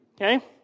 okay